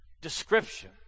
description